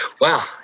Wow